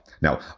Now